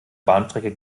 bahnstrecke